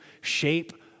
shape